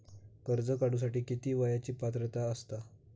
कर्ज काढूसाठी किती वयाची पात्रता असता?